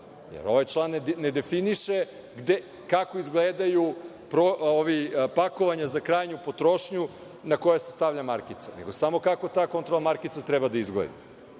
jer ovaj član ne definiše kako izgledaju pakovanja za krajnju potrošnju na koje se stavlja markica, nego samo kako ta kontrol markica treba da izgleda.